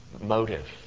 motive